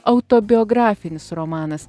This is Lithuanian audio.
autobiografinis romanas